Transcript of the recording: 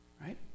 right